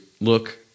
look